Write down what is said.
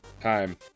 Time